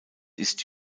ist